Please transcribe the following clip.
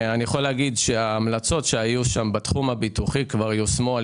ההמלצות שהיו בתחום הביטוחי יושמו על